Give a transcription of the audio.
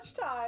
time